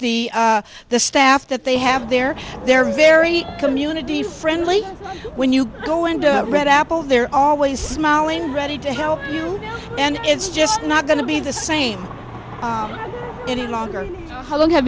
the the staff that they have there they're very community friendly when you go into red apple they're always smiling ready to help you and it's just not going to be the same any longer how long have